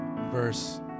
verse